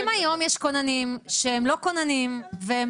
אם היום יש כוננים שהם לא כוננים והם